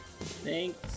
Thanks